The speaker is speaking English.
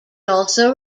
also